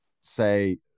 say